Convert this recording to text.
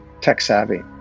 tech-savvy